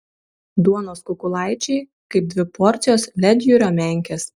duonos kukulaičiai kaip dvi porcijos ledjūrio menkės